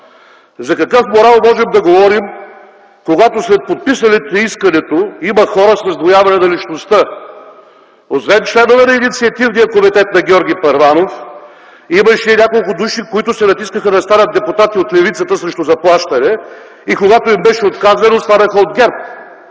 За какъв морал можем да говорим, когато сред подписалите искането има хора с раздвояване на личността? Освен членове на Инициативния комитет на Георги Първанов, имаше няколко души, които се натискаха да станат депутати от левицата срещу заплащане, и когато им беше отказано, станаха